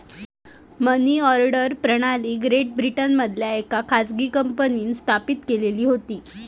मनी order प्रणाली great ब्रिटनमधल्या येका खाजगी कंपनींन स्थापित केलेली होती